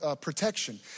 protection